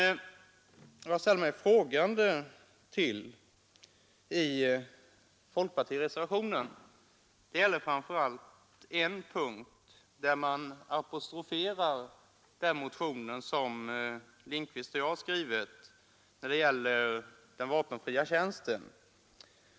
Vad jag ställer mig frågande till i folkpartireservationen är framför allt den punkt där reservanterna apostroferar herr Lindkvists och min motion vad beträffar den vapenfria tjänsten.